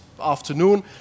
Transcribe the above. afternoon